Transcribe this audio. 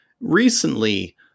recently